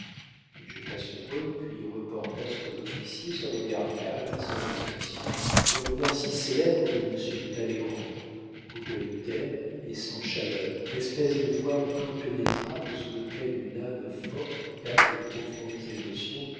il jeta sur eux puis reporta sur l'officier son regard calme et sans expression le regard si célèbre de monsieur de talleyrand coup d'œil terne et sans chaleur espèce de voile impénétrable sous lequel une âme forte cache de profondes émotions